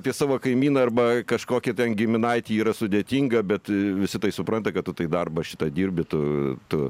apie savo kaimyną arba kažkokį ten giminaitį yra sudėtinga bet visi tai supranta kad tu tai darbą šitą dirbi tu tu